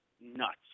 nuts